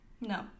No